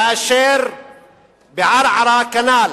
כאשר בערערה, כנ"ל,